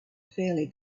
fairly